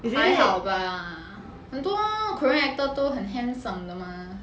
还好吧很多 korean actor 都很 handsome 的嘛